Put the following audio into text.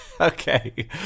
Okay